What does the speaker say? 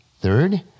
Third